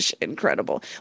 incredible